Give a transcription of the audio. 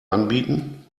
anbieten